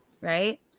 right